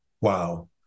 wow